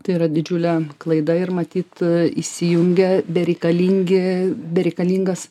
tai yra didžiulė klaida ir matyt įsijungia bereikalingi bereikalingas